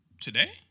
Today